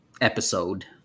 episode